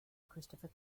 christopher